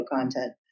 content